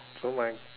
so my